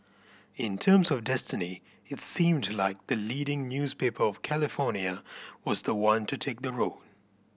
in terms of destiny it seemed like the leading newspaper of California was the one to take the road